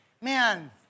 man